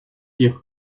dire